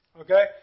Okay